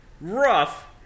rough